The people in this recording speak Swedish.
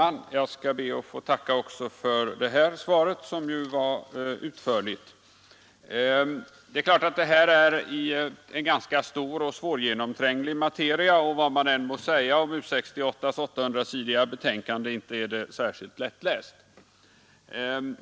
Fru talman! Jag ber att få tacka också för detta svar, som var utförligt. Detta är naturligtvis en ganska stor och svårgenomtränglig materia, och vad man än må säga om U 68:s 800-sidiga betänkande, inte är det särskilt lättläst.